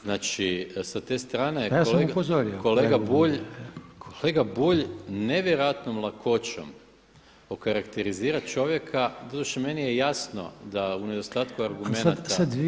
Znači sa te strane [[Upadica Reiner: Ja sam i upozorio.]] kolega Bulj nevjerojatnom lakoćom okarakterizira čovjeka, doduše meni je jasno da u nedostatku argumenata.